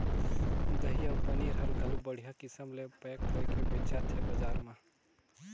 दही अउ पनीर हर घलो बड़िहा किसम ले पैक होयके बेचात हे बजार म